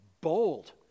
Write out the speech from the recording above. bold